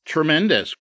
Tremendous